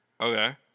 Okay